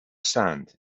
sand